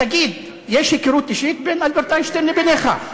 תגיד, יש היכרות אישית בין אלברט איינשטיין לבינך?